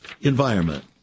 environment